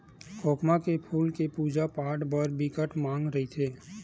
खोखमा के फूल के पूजा पाठ बर बिकट मांग रहिथे